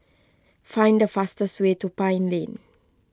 find the fastest way to Pine Lane